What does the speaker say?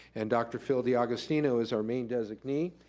and dr. phil, d'agostino is our main designee,